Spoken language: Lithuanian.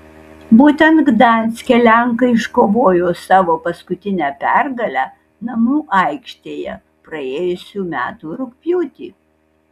būtent gdanske lenkai iškovojo savo paskutinę pergalę namų aikštėje praėjusių metų rugpjūtį